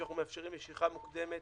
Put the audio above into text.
ואנחנו מאפשרים משיכה מוקדמת,